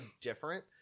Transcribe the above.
different